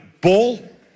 ball